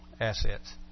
assets